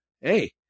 Hey